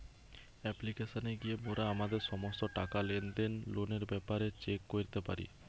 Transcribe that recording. অ্যাপ্লিকেশানে গিয়া মোরা আমাদের সমস্ত টাকা, লেনদেন, লোনের ব্যাপারে চেক করতে পারি